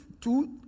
two